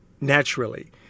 naturally